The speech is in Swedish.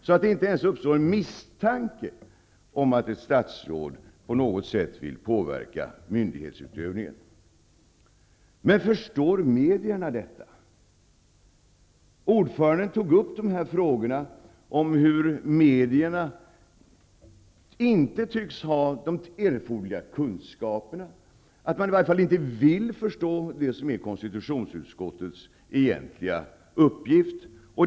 Det får inte ens uppstå en misstanke om att ett statsråd på något sätt vill påverka myndighetsutövningen. Men förstår medierna detta? Ordföranden tog upp sådana frågor och pekade på att medierna inte tycks ha erforderliga kunskaper. I varje fall tycks man inte vilja förstå vad som är konstitutionsutskottets egentliga uppgift.